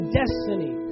destiny